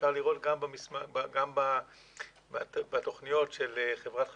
אפשר לראות גם בתוכניות של חברת החשמל,